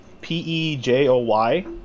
P-E-J-O-Y